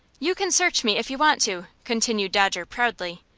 you can search me if you want to, continued dodger, proudly.